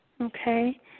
Okay